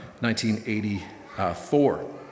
1984